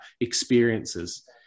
experiences